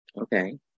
Okay